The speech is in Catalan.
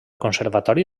conservatori